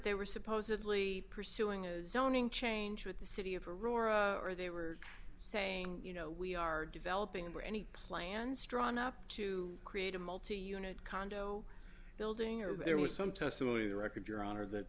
they were supposedly pursuing a zoning change with the city of aurora or they were saying you know we are developing and were any plans drawn up to create a multi unit condo building or there was some testimony the record your honor that